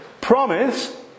promise